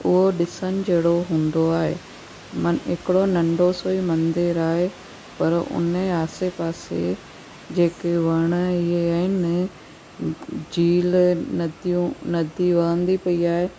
उहो ॾिसणु जहिड़ो हूंदो आहे मन हिकिड़ो नंढो सो ई मंदिर आहे पर उन ई आसे पासे जेके वण ईअं आहिनि झील नंदियूं नंदी वहंदी पई आहे